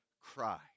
cry